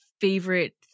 favorite